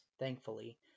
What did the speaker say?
thankfully